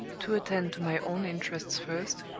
to attend to my own interests first,